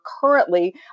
currently